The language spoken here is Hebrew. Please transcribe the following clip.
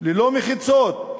ללא מחיצות,